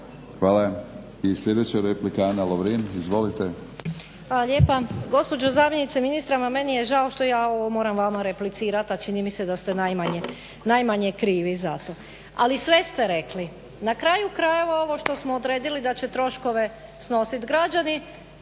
Hvala. I sljedeća replika, Ana Lovrin. Izvolite. **Lovrin, Ana (HDZ)** Hvala lijepa. Gospođo zamjenice ministra, meni je žao što ja ovo moram vama replicirat, a čini mi se da ste najmanje krivi za to ali sve ste rekli. Na kraju krajeva ovo što smo odredili da će troškove snosit građani,